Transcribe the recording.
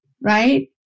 right